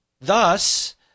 Thus